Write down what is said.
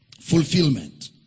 fulfillment